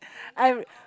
I'm